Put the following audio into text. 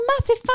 massive